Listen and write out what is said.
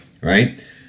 right